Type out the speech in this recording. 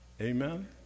Amen